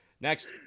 Next